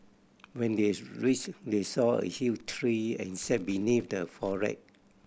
when they reached they saw a huge tree and sat beneath the foliage